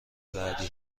بعدی